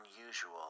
unusual